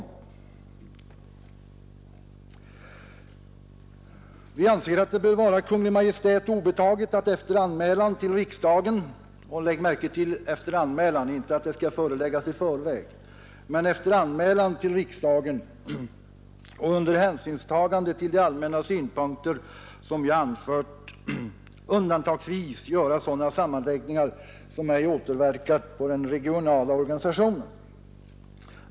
Det bör vara Kungl. Maj:t obetaget att efter anmälan till riksdagen — lägg märke till att jag säger ”efter anmälan”; det innebär inte att ärendet skall föreläggas riksdagen i förväg — och under hänsynstagande till de allmänna synpunkter som jag anfört undantagsvis göra sådana sammanläggningar som ej återverkar på den regionala organisationen.